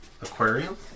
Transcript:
aquarium